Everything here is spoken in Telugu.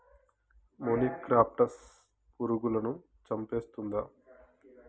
మొనిక్రప్టస్ పురుగులను చంపేస్తుందా?